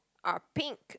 are pink